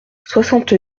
soixante